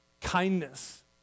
kindness